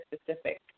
specific